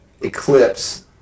eclipse